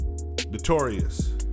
Notorious